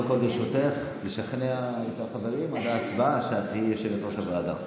שלוש דקות לרשותך לשכנע את החברים עד ההצבעה שאת תהיי יושבת-ראש הוועדה.